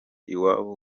iwabo